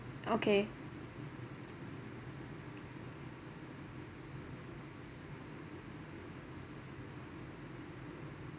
okay